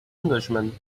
englishman